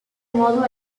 modo